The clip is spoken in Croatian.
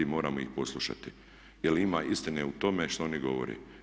Moramo ih poslušati, jer ima istine u tome što oni govore.